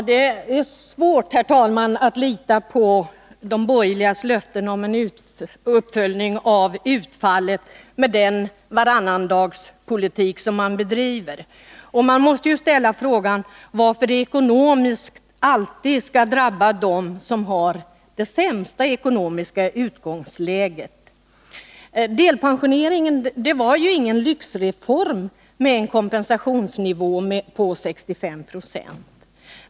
Herr talman! Det är svårt att lita på de borgerligas löften om uppföljning av utfallet med den varannandagspolitik som de bedriver. Man måste ställa frågan varför förslagen ekonomiskt alltid skall drabba dem som har det sämsta ekonomiska utgångsläget. Delpensioneringen var ingen lyxreform med en kompensationsnivå på 65 Jo.